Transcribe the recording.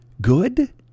good